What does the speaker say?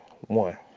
One